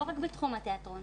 לא רק בתחום התיאטרון.